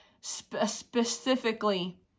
specifically